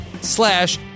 slash